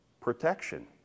protection